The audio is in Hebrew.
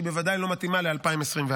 היא בוודאי לא מתאימה ל-2024.